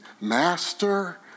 master